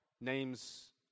names